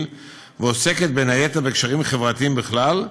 ועוסקת בין היתר בקשרים חברתיים בכלל,